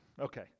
Okay